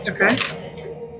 Okay